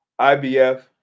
IBF